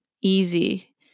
easy